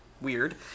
weird